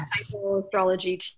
astrology